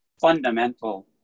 fundamental